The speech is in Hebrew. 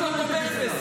לא, תאמין לי.